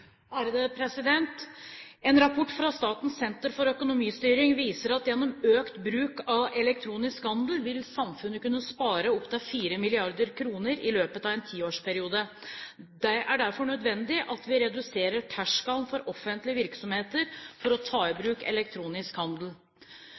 En rapport fra Statens senter for økonomistyring viser at gjennom økt bruk av elektronisk handel vil samfunnet kunne spare opptil 4 mrd. kr i løpet av en tiårsperiode. Det er derfor nødvendig at vi reduserer terskelen for offentlige virksomheter for å ta i